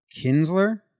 Kinsler